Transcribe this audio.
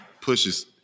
pushes